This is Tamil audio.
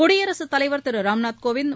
குடியரசுத் தலைவர் திரு ராம்நாத் கோவிந்த்